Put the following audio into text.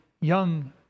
young